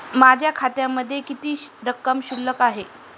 माझ्या खात्यामध्ये किती रक्कम शिल्लक आहे?